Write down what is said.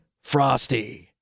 frosty